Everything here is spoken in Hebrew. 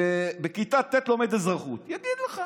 ילד בכיתה ט', לומד אזרחות, יגיד לך.